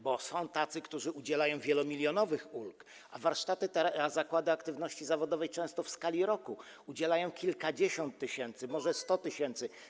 Bo są tacy, którzy udzielają wielomilionowych ulg, a zakłady aktywności zawodowej często w skali roku udzielają ich kilkadziesiąt tysięcy, może 100 tys.